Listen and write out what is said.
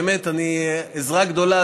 באמת עזרה גדולה,